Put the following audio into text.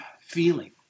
feeling